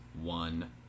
one